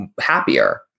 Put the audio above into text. happier